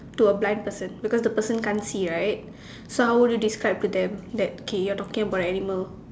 to a blind person because the person can't see right so how would you describe to them that okay you are talking about an animal